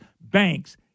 banks